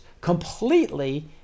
completely